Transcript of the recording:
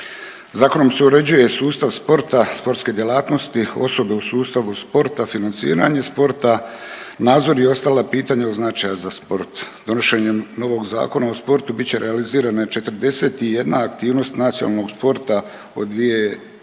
Zakonom se uređuje sustav sporta, sportske djelatnosti. Osobe u sustavu sporta, financiranje sporta, nadzor i ostala pitanja od značaja za sport. Donošenjem novog Zakona o sportu bit će realizirana 41 aktivnost nacionalnog programa